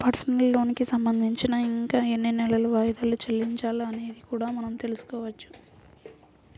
personal లోనుకి సంబంధించి ఇంకా ఎన్ని నెలలు వాయిదాలు చెల్లించాలి అనేది కూడా మనం తెల్సుకోవచ్చు